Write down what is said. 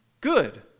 good